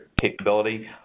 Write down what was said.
capability